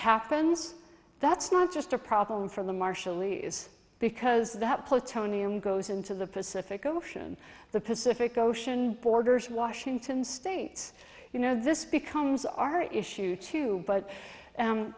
happens that's not just a problem for the marshallese because that plutonium goes into the pacific ocean the pacific ocean borders washington state you know this becomes our issue too but